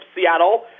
Seattle